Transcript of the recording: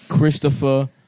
Christopher